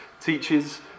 teaches